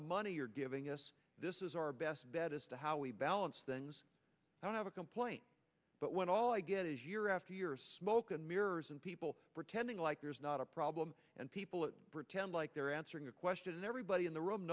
the money you're giving us this is our best bet as to how we balance things i don't have a complaint but when all i get is year after year smoke and mirrors and people pretending like there's not a problem and people pretend like they're answering a question everybody in the room